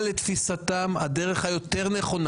מה לתפיסתם הדרך היותר-נכונה?